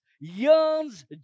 yearns